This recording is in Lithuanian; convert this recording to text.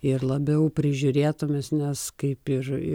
ir labiau prižiūrėtomis nes kaip ir